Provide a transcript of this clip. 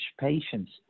patients